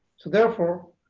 so therefore,